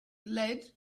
lead